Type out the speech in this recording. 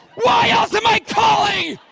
why else am i calling